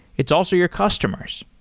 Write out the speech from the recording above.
it's also your customers.